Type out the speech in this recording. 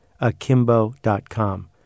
akimbo.com